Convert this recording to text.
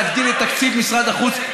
להגדיל את תקציב משרד החוץ,